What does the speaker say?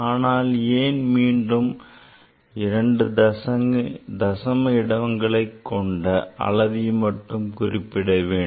ஆனால் ஏன் மீண்டும் இரண்டு தசம இடங்களைக் கொண்ட அளவை மட்டும் குறிப்பிட வேண்டும்